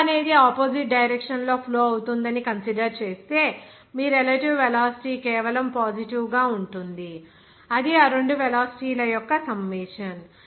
flow అనేది opposite direction లో flow అవుతున్నదని కన్సిడర్ చేస్తే మీ రెలెటివ్ వెలాసిటీ కేవలం పాజిటివ్ గా ఉంటుంది అది ఆ రెండు వెలాసిటీ ల యొక్క సమ్మేషన్